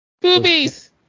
Boobies